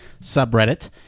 subreddit